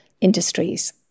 industries